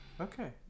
Okay